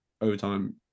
overtime